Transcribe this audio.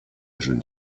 jeune